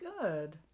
good